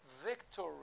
victory